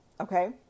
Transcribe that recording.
okay